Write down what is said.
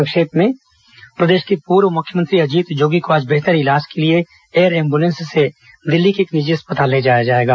संक्षिप्त समाचार प्रदेश के पूर्व मुख्यमंत्री अजीत जोगी को आज बेहतर इलाज के एयर एंबुलेंश से दिल्ली के एक निजी अस्पताल ले जाया जाएगा